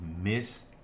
miss